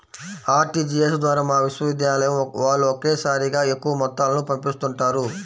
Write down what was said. RTGS ద్వారా మా విశ్వవిద్యాలయం వాళ్ళు ఒకేసారిగా ఎక్కువ మొత్తాలను పంపిస్తుంటారు